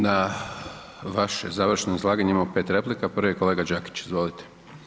Na vaše završno izlaganje imamo 5 replika, prvi je kolega Đakić, izvolite.